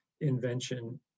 invention